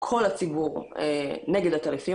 כל הציבור נגד עטלפים,